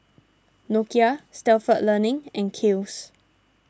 Nokia Stalford Learning and Kiehl's